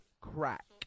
crack